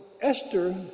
Esther